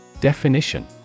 Definition